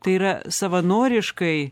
tai yra savanoriškai